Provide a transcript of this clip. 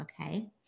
okay